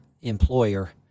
employer